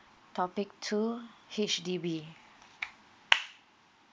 topic two H_D_B